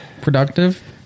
productive